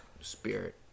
spirit